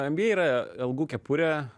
mba yra algų kepurė